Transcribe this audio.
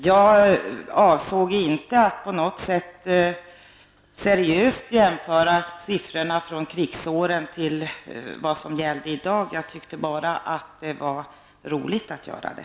Jag avsåg inte att på något sätt seriöst jämföra siffrorna från krigsåren med dagens. Jag tyckte bara att det var roligt att göra det.